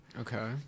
Okay